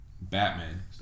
Batman